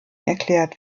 erklärt